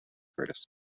curtis